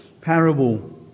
parable